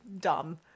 dumb